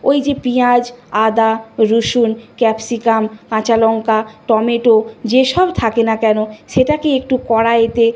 ওই যে পিঁয়াজ আদা রসুন ক্যাপসিকাম কাঁচা লঙ্কা টমেটো যেসব থাকে না কেন সেটাকে একটু কড়াইতে